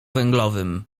węglowym